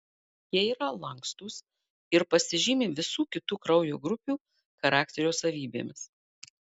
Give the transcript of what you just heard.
jie yra lankstūs ir pasižymi visų kitų kraujo grupių charakterio savybėmis